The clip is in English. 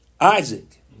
Isaac